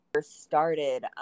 started